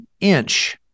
inch